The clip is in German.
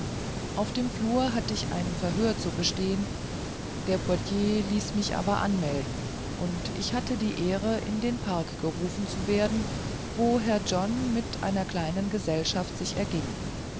auf dem flur hatt ich ein verhör zu bestehn der portier ließ mich aber anmelden und ich hatte die ehre in den park gerufen zu werden wo herr john mit einer kleinen gesellschaft sich erging